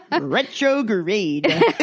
retrograde